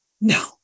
no